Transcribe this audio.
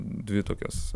dvi tokias